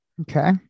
Okay